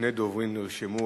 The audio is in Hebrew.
שני דוברים נרשמו.